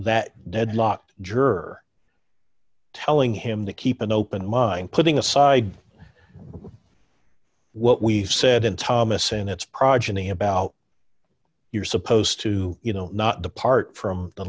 that deadlocked juror telling him to keep an open mind putting aside what we've said in thomas and it's progeny about you're supposed to you know not depart from the